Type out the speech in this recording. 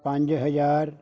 ਪੰਜ ਹਜ਼ਾਰ